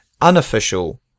unofficial